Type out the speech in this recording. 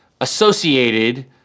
associated